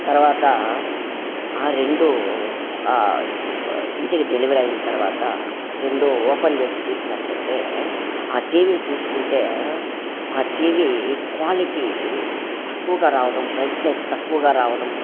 తరువాత ఆ రెండు ఇంటికి డెలివరీ అయిన తరువాత రెండు ఓపెన్ చేసి చూసినట్లయితే ఆ టీవీ చూసుకుంటే ఆ టీవీ క్వాలిటీ తక్కువగా రావడం బ్రైట్నెస్ తక్కువగా రావడం